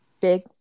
big